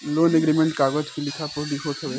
loan agreement कागज के लिखा पढ़ी होत हवे